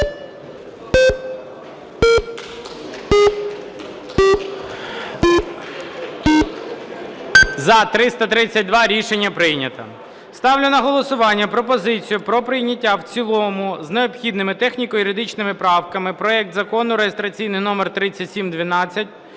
За-332 Рішення прийнято. Ставлю на голосування пропозицію про прийняття в цілому з необхідними техніко-юридичними правками проект закону реєстраційний номер 3712